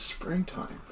Springtime